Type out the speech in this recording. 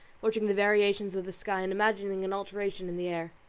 watching the variations of the sky and imagining an alteration in the air.